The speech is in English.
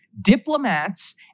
diplomats